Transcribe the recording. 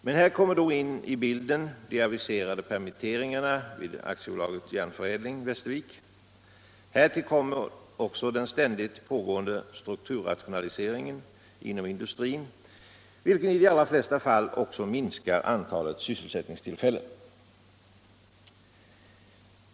Men här kommer de aviserade permitteringarna vid Järnförädlings Västerviksfabriks AB in i bilden. Härtill kommer den ständigt pågående strukturrationaliseringen inom industrin, vilken i de flesta fall också minskar antalet sysselsättningstillfällen.